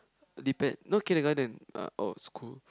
depend no kindergarten ah or school